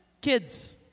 kids